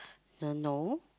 uh no